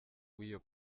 w’iyo